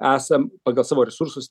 esam pagal savo resursus